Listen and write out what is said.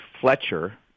Fletcher